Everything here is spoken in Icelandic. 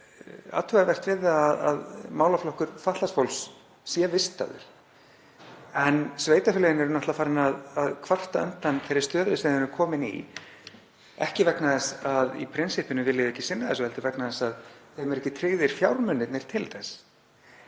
athugavert við að málaflokkur fatlaðs fólks sé vistaður. En sveitarfélögin eru náttúrlega farin að kvarta undan þeirri stöðu sem þau eru komin í, ekki vegna þess að í prinsippinu vilji þau ekki sinna þessu heldur vegna þess að þeim eru ekki tryggðir fjármunirnir til þess.